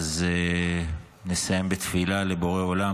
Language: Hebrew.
אז נסיים בתפילה לבורא עולם,